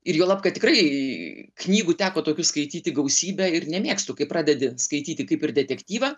ir juolab kad tikrai knygų teko tokių skaityti gausybę ir nemėgstu kai pradedi skaityti kaip ir detektyvą